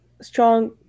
strong